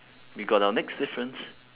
we got our next difference